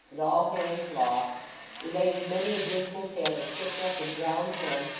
and all hands lost related many a dismal tale of shipwreck and drowned men,